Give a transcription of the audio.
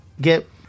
get